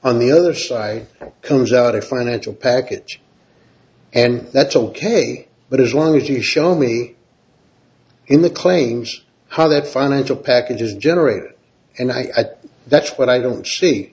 on the other side comes out a financial package and that's ok but as long as you show only in the claims how that financial package is generated and i think that's what i don't see